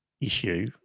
issue